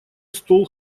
стол